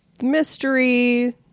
Mystery